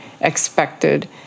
expected